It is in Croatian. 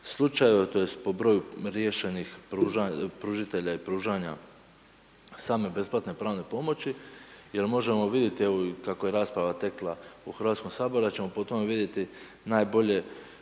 slučajeva, tj. po broju riješenih pružitelja i pružanja same besplatne pravne pomoći. Jer možemo vidjeti evo i kako je rasprava tekla u Hrvatskom saboru da ćemo po tome vidjeti najbolje